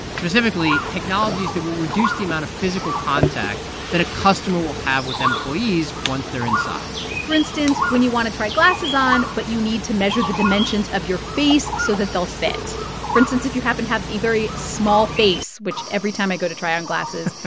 specifically technologies that will reduce the amount of physical contact that a customer will have with employees once they're inside for instance, when you want to try glasses on but you need to measure the dimensions of your face so that they'll fit for instance, if you happen to have a very small face which every time i go to try on glasses,